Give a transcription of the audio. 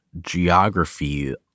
geography